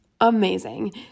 amazing